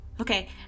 Okay